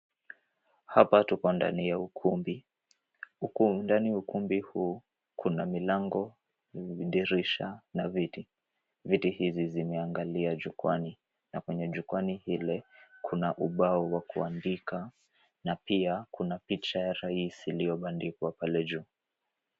Hapa tuko ndani ya ukumbi. Ndani ya ukumbi huu kuna milango, dirisha na viti. Viti hizi zimeangalia jukwaani na kwenye jukwaani ile kuna ubao wa kuandika na pia kuna picha ya rais iliyobandikwa pale juu.